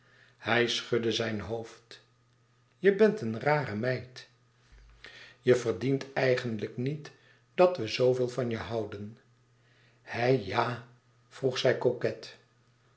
hij schudde zijn hoofd je bent een rare meid je verdient eigenlijk niet dat we zooveel van je houden hé ja vroeg zij